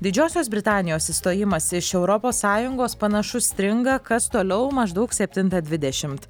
didžiosios britanijos išstojimas iš europos sąjungos panašu stringa kas toliau maždaug septintą dvidešimt